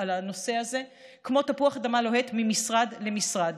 לנושא הזה כמו תפוח אדמה לוהט ממשרד למשרד.